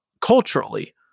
culturally